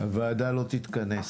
הוועדה לא תתכנס,